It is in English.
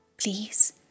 please